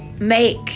make